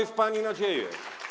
W pani nadzieja.